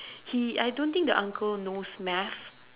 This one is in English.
he I don't think the uncle knows math